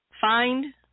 find